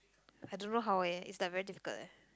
I don't know how eh it's like very difficult eh